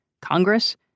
Congress